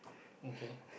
okay